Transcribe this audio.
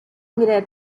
mirror